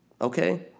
Okay